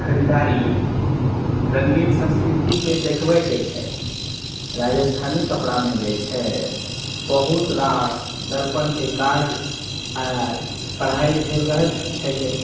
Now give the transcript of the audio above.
खरीदारी रङ्गीन संस्कृतिके देखबैके छै राजस्थानी कपड़ामे जे छै बहुत रास दर्पणके काज आ कढ़ाइ भेल रहैत छैक